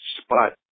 spot